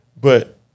But-